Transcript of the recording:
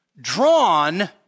drawn